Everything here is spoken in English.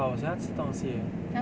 oh 我想要吃东西 eh